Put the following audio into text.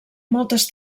moltes